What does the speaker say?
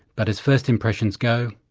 but as first impressions go,